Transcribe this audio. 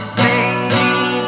baby